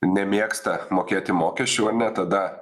nemėgsta mokėti mokesčių ar ne tada